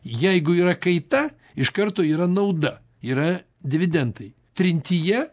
jeigu yra kaita iš karto yra nauda yra dividendai trintyje